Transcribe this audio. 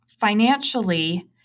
financially